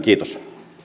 kiitos